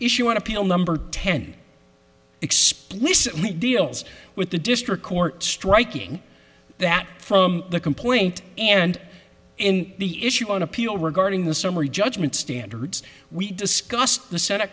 issue on appeal number ten explicitly deals with the district court striking that from the complaint and in the issue on appeal regarding the summary judgment standards we discussed the se